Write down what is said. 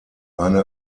eine